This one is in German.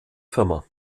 firma